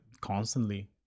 constantly